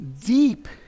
deep